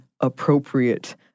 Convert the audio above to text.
appropriate